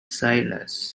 sailors